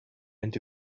into